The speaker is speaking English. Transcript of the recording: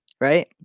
right